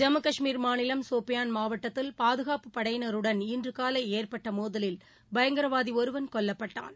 ஜம்மு கஷ்மீர் மாநிலம் சோபியான் மாவட்டத்தில் பாதுகாப்பு படையினருடன் இன்று காலை ஏற்பட்ட மோதலில் பயங்கரவாதி ஒருவன் கொல்லப்பட்டான்